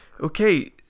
Okay